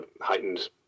heightened